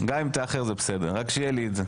גם אם תאחר זה בסדר, רק שיהיה לי את זה.